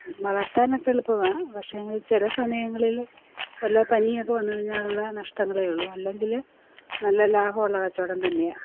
വളർത്താനൊക്കെ എളുപ്പമാണ് പക്ഷേങ്കിൽ ചില സമയങ്ങളിൽ വല്ല പനിയൊക്കെ വന്നു കഴിഞ്ഞാലുള്ള നഷ്ടങ്ങളെയുള്ളൂ അല്ലെങ്കിൽ നല്ല ലാഭമുള്ള കച്ചവടം തന്നെയാണ്